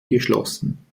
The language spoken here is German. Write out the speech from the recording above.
geschlossen